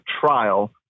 trial